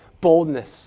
boldness